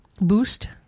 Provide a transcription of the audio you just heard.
Boost